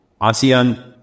ASEAN